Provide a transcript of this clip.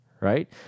right